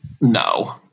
no